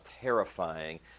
terrifying